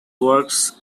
works